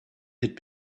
had